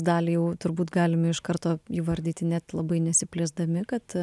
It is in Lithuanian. dalį jau turbūt galime iš karto įvardyti net labai nesiplėsdami kad